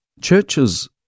churches